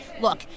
Look